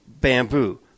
bamboo